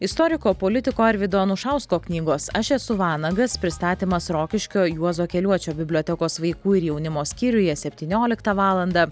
istoriko politiko arvydo anušausko knygos aš esu vanagas pristatymas rokiškio juozo keliuočio bibliotekos vaikų ir jaunimo skyriuje septynioliktą valandą